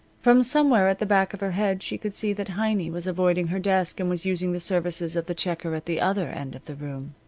from somewhere at the back of her head she could see that heiny was avoiding her desk and was using the services of the checker at the other end of the room.